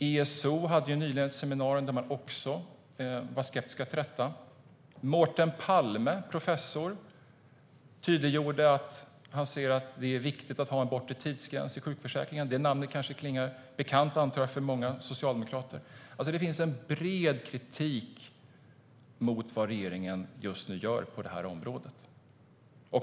ESO hade nyligen ett seminarium där man också uttryckte skepsis. Professor Mårten Palme har gjort tydligt att han anser att det är viktigt att ha en bortre tidsgräns i sjukförsäkringen. Det namnet kanske klingar bekant för många socialdemokrater. Det finns en bred kritik mot vad regeringen just nu gör på området.